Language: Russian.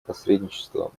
посредничество